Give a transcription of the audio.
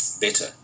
better